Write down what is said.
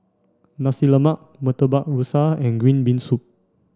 Nasi Lemak Murtabak Rusa and green bean soup